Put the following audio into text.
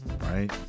right